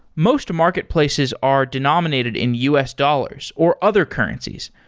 most marketplaces are denominated in us dollars, or other currencies,